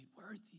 worthy